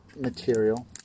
material